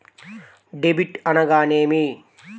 Debit అనగానేమి?